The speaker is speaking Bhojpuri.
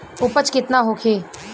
उपज केतना होखे?